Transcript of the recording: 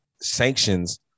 sanctions